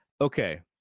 okay